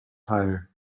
tyre